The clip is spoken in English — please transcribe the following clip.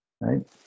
right